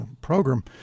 program